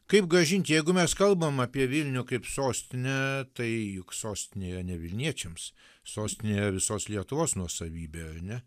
kaip grąžint jeigu mes kalbam apie vilnių kaip sostinę tai juk sostinė ne vilniečiams sostinė visos lietuvos nuosavybė ane